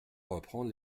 reprendre